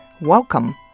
Welcome